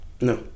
No